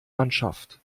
mannschaft